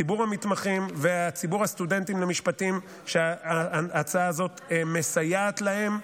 ציבור המתמחים וציבור הסטודנטים למשפטים שההצעה הזאת מסייעת להם,